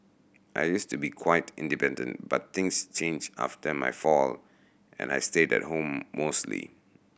I used to be quite independent but things changed after my fall and I stayed at home mostly